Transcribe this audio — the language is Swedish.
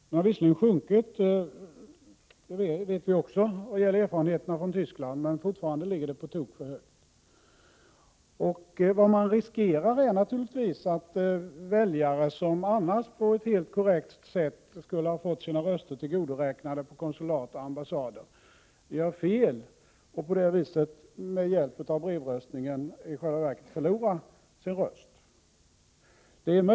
Den har visserligen sjunkit. Det vet vi genom erfarenheterna från Tyskland. Men fortfarande ligger den på tok för högt. Vad man riskerar är naturligtvis att väljare, som annars på ett helt korrekt sätt skulle ha fått sina röster tillgodoräknade på konsulat och ambassader, gör fel och på det viset genom brevröstningen i själva verket förlorar sin röst.